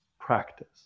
practice